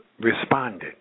responded